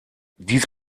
dies